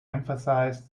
emphasized